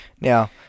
Now